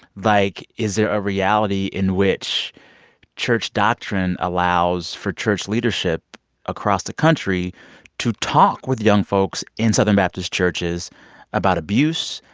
like, is there a reality in which church doctrine allows for church leadership across the country to talk with young folks in southern baptist churches about abuse,